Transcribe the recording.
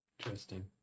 Interesting